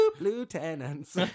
lieutenants